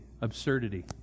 absurdity